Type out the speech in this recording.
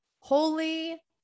Holy